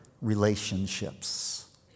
Relationships